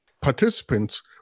participants